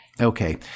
Okay